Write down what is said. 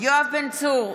יואב בן צור,